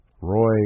Roy